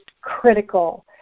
critical